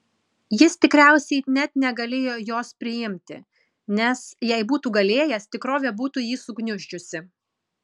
jis tikriausiai net negalėjo jos priimti nes jei būtų galėjęs tikrovė būtų jį sugniuždžiusi